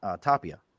Tapia